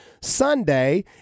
Sunday